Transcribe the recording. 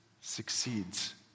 succeeds